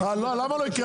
למה לא יקרה?